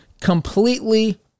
completely